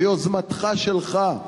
ביוזמתך שלך,